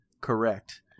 correct